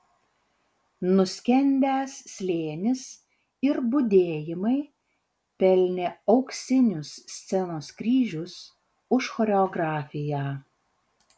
nuskendęs slėnis ir budėjimai pelnė auksinius scenos kryžius už choreografiją